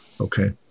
Okay